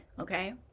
okay